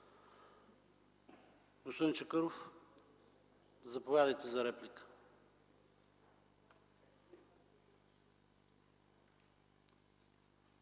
Госпожо Манолова, заповядайте за реплика.